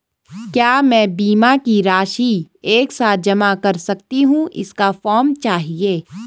क्या मैं बीमा की राशि एक साथ जमा कर सकती हूँ इसका फॉर्म चाहिए?